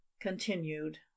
Continued